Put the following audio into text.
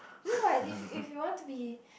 you know what if if you want to be